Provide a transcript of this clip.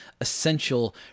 essential